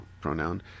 pronoun